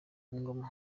ingoma